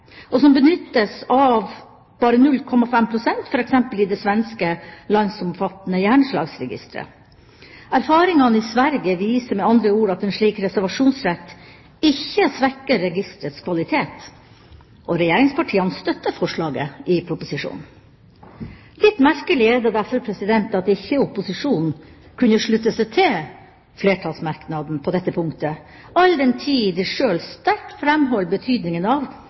og som benyttes av bare 0,5 pst., f.eks. i det landsomfattende svenske hjerneslagregisteret. Erfaringene i Sverige viser med andre ord at en slik reservasjonsrett ikke svekker registerets kvalitet – og regjeringspartiene støtter forslaget i proposisjonen. Litt merkelig er det derfor at opposisjonen ikke kunne slutte seg til flertallsmerknaden på dette punktet, all den tid de sterkt framholder betydningen av